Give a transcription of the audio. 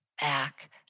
back